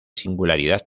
singularidad